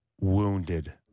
wounded